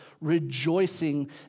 rejoicing